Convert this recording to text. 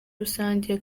rusange